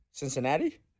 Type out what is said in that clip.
Cincinnati